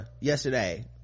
yesterday